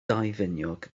daufiniog